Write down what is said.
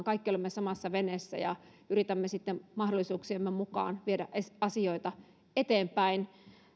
kaikki olemme samassa veneessä ja yritämme sitten mahdollisuuksiemme mukaan viedä asioita eteenpäin